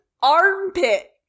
armpit